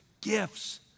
gifts